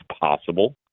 possible